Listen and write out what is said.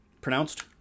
pronounced